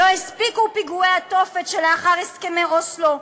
לא הספיקו פיגועי התופת שלאחר הסכמי אוסלו.